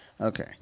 okay